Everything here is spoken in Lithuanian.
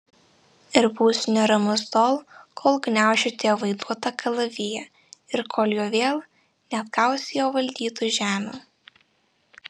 ir būsiu neramus tol kol gniaušiu tėvo įduotą kalaviją ir kol juo vėl neatgausiu jo valdytų žemių